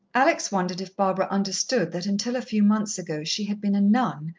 alex wondered if barbara understood that until a few months ago she had been a nun,